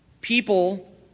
people